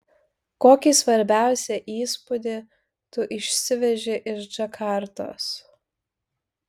kokį svarbiausią įspūdį tu išsiveži iš džakartos